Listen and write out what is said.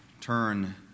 turn